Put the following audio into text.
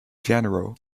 general